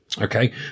Okay